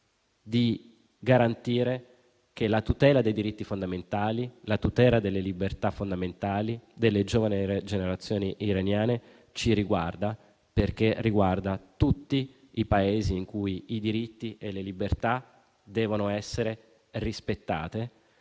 di garantire che la tutela dei diritti e delle libertà fondamentali delle giovani generazioni iraniane ci riguarda, perché riguarda tutti i Paesi in cui i diritti e le libertà devono essere rispettati